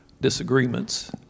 disagreements